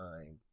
time